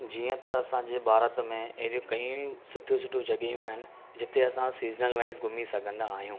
जीअं त असांजे भारत में अहिड़ियूं कई सुठियूं सुठियूं जॻहियूं आहिनि जिते असां सीज़नल वाइज़ घुमी सघंदा आहियूं